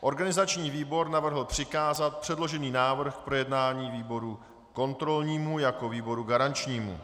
Organizační výbor navrhl přikázat předložený návrh k projednání výboru kontrolnímu jako výboru garančnímu.